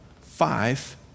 five